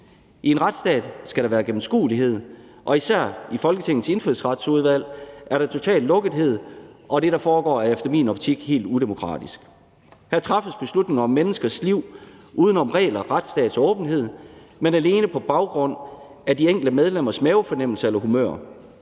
I en retsstat skal der være gennemskuelighed, og især i Folketingets Indfødsretsudvalg er der totalt lukkethed, og det, der foregår, er i min optik helt udemokratisk. Her træffes beslutninger om menneskers liv uden om regler og en retsstats åbenhed og alene på baggrund af de enkelte medlemmers mavefornemmelse eller humør.